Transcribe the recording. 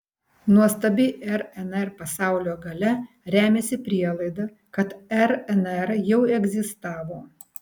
nuostabi rnr pasaulio galia remiasi prielaida kad rnr jau egzistavo